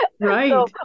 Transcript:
Right